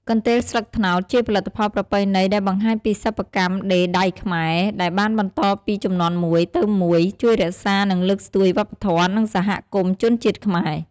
កន្ទេលស្លឹកត្នោតជាផលិតផលប្រពៃណីដែលបង្ហាញពីសិប្បកម្មដេរដៃខ្មែរដែលបានបន្តពីជំនាន់មួយទៅមួយ ជួយរក្សា និងលើកស្ទួយវប្បធម៌ និងសហគមន៍ ជនជាតិខ្មែរ។